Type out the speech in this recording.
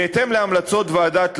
בהתאם להמלצות ועדת לנדס,